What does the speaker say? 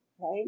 right